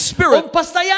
Spirit